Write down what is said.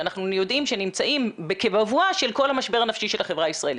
שאנחנו יודעים שמצאים כבבואה של כל המשבר הנפשי של החברה הישראלית.